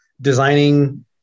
designing